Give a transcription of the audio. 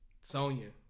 Sonya